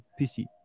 PC